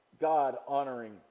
God-honoring